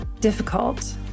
difficult